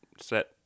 set